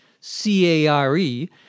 C-A-R-E